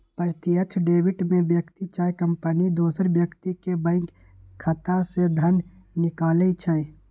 प्रत्यक्ष डेबिट में व्यक्ति चाहे कंपनी दोसर व्यक्ति के बैंक खता से धन निकालइ छै